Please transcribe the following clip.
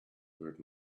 heard